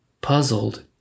Puzzled